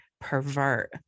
pervert